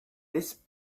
this